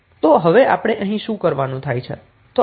તો હવે આપણે અહીં શું કરવાનું છે